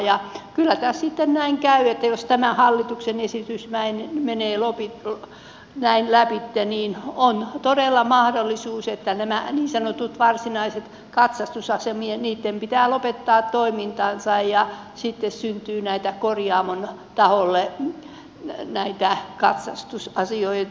kyllä tässä sitten näin käy että jos tämä hallituksen esitys näin menee lävitse niin on todella mahdollisuus että näiden niin sanottujen varsinaisten katsastusasemien pitää lopettaa toimintansa ja sitten syntyy korjaamon taholle näitä katsastusasioita